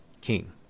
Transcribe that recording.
king